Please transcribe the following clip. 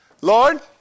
Lord